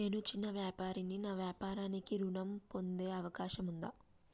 నేను చిన్న వ్యాపారిని నా వ్యాపారానికి ఋణం పొందే అవకాశం ఉందా?